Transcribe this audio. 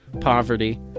poverty